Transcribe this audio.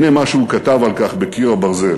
הנה מה שהוא כתב על כך ב"קיר הברזל":